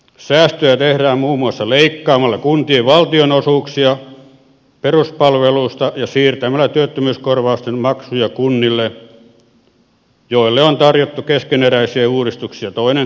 säästöjä tehdään muun muassa leikkaamalla kuntien valtionosuuksia peruspalveluista ja siirtämällä työttömyyskorvausten maksuja kunnille joille on tarjottu keskeneräisiä uudistuksia toinen toisensa perään